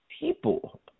people